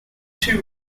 two